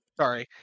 Sorry